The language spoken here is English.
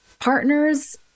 partners